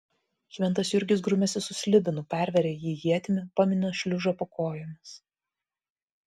šventas jurgis grumiasi su slibinu perveria jį ietimi pamina šliužą po kojomis